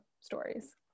stories